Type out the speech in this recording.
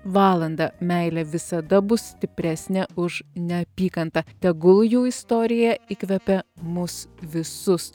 valandą meilė visada bus stipresnė už neapykantą tegul jų istorija įkvepia mus visus